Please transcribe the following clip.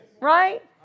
Right